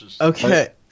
okay